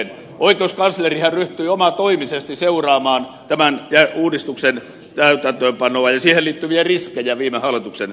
oikeuskanslerihan ryhtyi omatoimisesti seuraamaan tämän uudistuksen täytäntöönpanoa ja siihen liittyviä riskejä viime hallituksen aikana